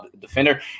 defender